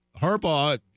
Harbaugh